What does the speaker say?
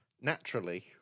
Naturally